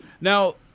Now